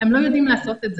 הם לא יודעים לעשות את זה,